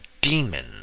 demon